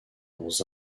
dans